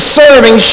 serving